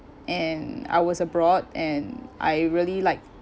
and I was abroad and I really like